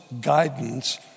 guidance